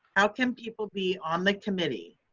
how can people be on the committee,